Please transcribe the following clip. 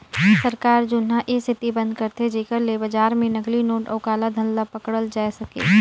सरकार जुनहा ए सेती बंद करथे जेकर ले बजार में नकली नोट अउ काला धन ल पकड़ल जाए सके